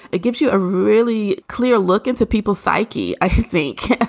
it gives you a really clear look into people's psyche. i think,